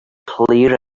clear